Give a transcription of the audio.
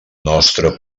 nostra